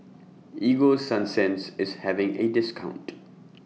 Ego Sunsense IS having A discount